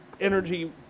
energy